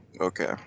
okay